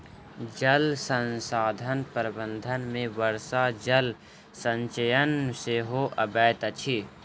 जल संसाधन प्रबंधन मे वर्षा जल संचयन सेहो अबैत अछि